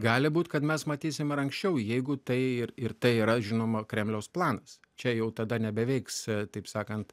gali būti kad mes matysim ir anksčiau jeigu tai ir ir tai yra žinoma kremliaus planas čia jau tada nebeveiks taip sakant